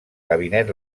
gabinet